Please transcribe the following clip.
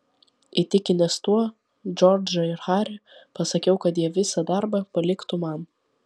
įtikinęs tuo džordžą ir harį pasakiau kad jie visą darbą paliktų man